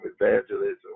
evangelism